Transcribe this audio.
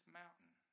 mountain